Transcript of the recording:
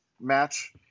match